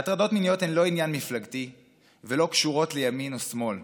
הטרדות מיניות הן לא עניין מפלגתי ולא קשורות לימין ושמאל.